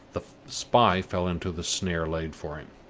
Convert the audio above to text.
the spy fell into the snare laid for him.